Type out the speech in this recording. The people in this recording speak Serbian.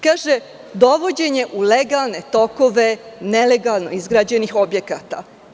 Kaže – dovođenje u legalne tokove nelegalno izgrađenih objekata.